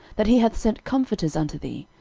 that he hath sent comforters unto thee?